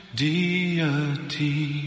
deity